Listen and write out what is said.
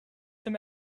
them